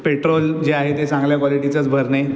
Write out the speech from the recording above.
petrol जे आहे ते चांगल्या क्वालिटीचंच भरणे